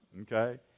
okay